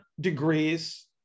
degrees